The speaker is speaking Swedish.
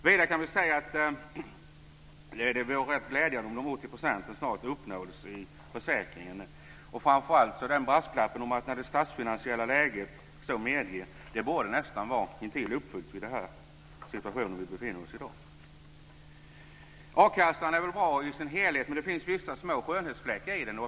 Vidare kan jag säga att det vore glädjande om de 80 procenten snart uppnåddes i försäkringen. Framför allt borde vi i dag nästan vara i den situation som det fanns en brasklapp om, dvs. "när det statsfinansiella läget så medger". A-kassan är bra i sin helhet, men det finns vissa små skönhetsfläckar i den.